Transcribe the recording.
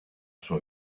sua